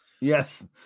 yes